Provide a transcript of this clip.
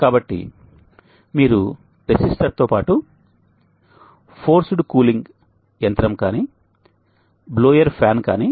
కాబట్టి మీరు రెసిస్టర్తో పాటు బలవంతపు శీతలీకరణ యంత్రం గాని బ్లోయర్ ఫ్యాన్ గాని